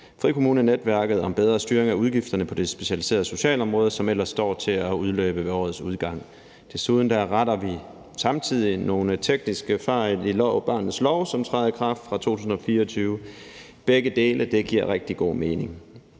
frikommunenetværket om bedre styring af udgifterne på det specialiserede socialområde, som ellers står til at udløbe ved årets udgang. Desuden retter vi samtidig nogle tekniske fejl i barnets lov, som træder i kraft fra 2024. Begge dele giver rigtig god mening.